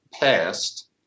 past